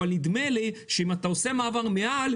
-- אבל נדמה לי שאם אתה עושה מעבר מעל,